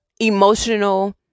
emotional